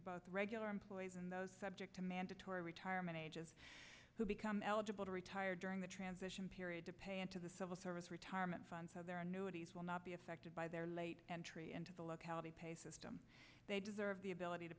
both regular employees and those subject to mandatory retirement ages who become eligible to retire during the transition period to pay into the civil service retirement fund so there are newbies will not be affected by their late entry into the locality pay system they deserve the ability to